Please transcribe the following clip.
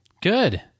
Good